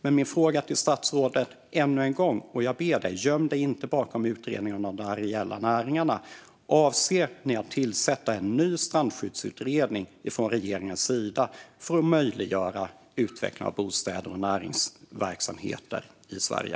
Men min fråga till statsrådet - och jag ber dig, Romina Pourmokhtari, att inte gömma dig bakom utredningen om de areella näringarna - är om regeringen avser att tillsätta en ny strandskyddsutredning för att möjliggöra utveckling av bostäder och näringsverksamhet i Sverige.